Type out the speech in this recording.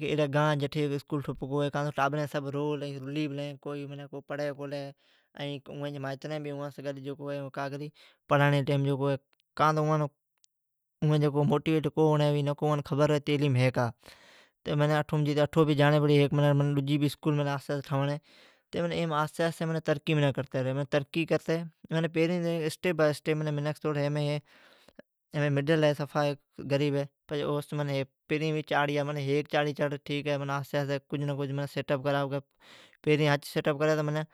ایڑی گاں ھی جٹھی اسکول ٹھپ کو ھی۔ ٹابریں رلی پلیں۔ کو پڑی کولی۔ مائتریں پڑھنڑی کولی ائین اوان جی مائیترین بھی موٹٹی ویٹ کو ھوئیڑی ھئی۔ پڑھنڑی جی ٹئیم جکو ھی متوجھ کو کری۔ نکو ائان خبر ھی تعلیم کا ھی۔ اٹھو جنڑی پڑی ، ڈجی بھی اسکول ٹھواڑی تی، آھستی منکھ ترقی کرتی رھی۔ منکھ ھیک غریب ھی اسٹیپ بائی اسٹیپ۔ پھریں ھوی ھیک چاڑھی چڑھی پچھی ڈجی ۔ پھریں ھچ سیٹ اپ کریں تو معنی